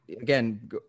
again